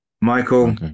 Michael